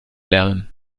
lernen